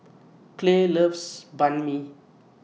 Clay loves Banh MI